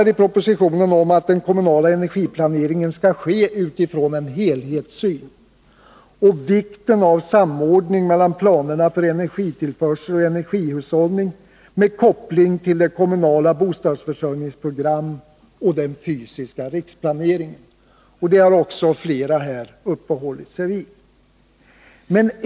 I propositionen talas om att den kommunala energiplaneringen skall ske utifrån en helhetssyn och om vikten av samordning mellan planerna för energitillförsel och energihushållning med koppling till kommunala bostadsförsörjningsprogram och den fysiska riksplaneringen. Det har också flera personer uppehållit sig vid.